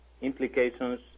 implications